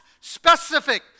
specific